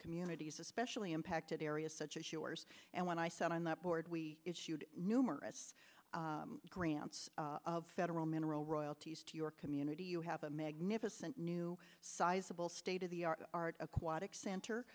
communities especially impacted areas such as yours and when i sat on that board we issued numerous grants of federal mineral royalties to your community you have a magnificent new sizable state of the our aquatic center